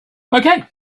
okay